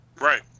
Right